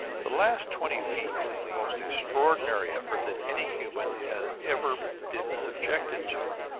the last twenty feet was the most extraordinary effort that any human had ever been subjected to.